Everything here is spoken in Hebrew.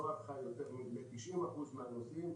לא לקח יותר ביותר מ-90% מהמקרים,